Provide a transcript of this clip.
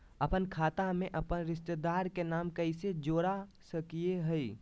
अपन खाता में अपन रिश्तेदार के नाम कैसे जोड़ा सकिए हई?